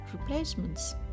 replacements